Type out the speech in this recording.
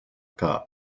que